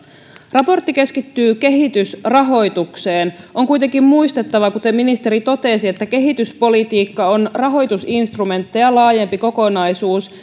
raportti keskittyy kehitysrahoitukseen on kuitenkin muistettava kuten ministeri totesi että kehityspolitiikka on rahoitusinstrumentteja laajempi kokonaisuus